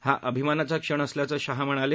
हा अभिमानाचा क्षण असल्याचं शाह यावेळी म्हणाले